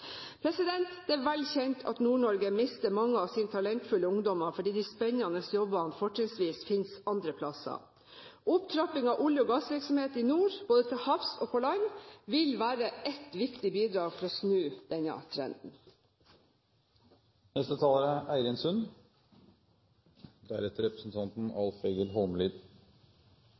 Det er vel kjent at Nord-Norge mister mange av sine talentfulle ungdommer fordi de spennende jobbene fortrinnsvis finnes andre plasser. Opptrapping av olje- og gassvirksomhet i nord, både til havs og på land, vil være ett viktig bidrag for å snu denne trenden. Nå er